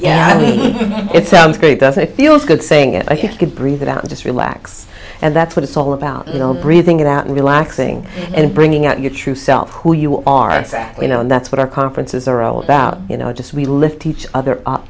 yanni it sounds great doesn't it feel good saying it could breathe it out and just relax and that's what it's all about you know breathing it out and relaxing and bringing out your true self who you are you know and that's what our conferences are all about you know just we lift each other up